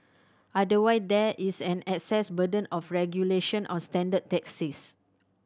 otherwise there is an access burden of regulation on standard taxis